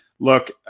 Look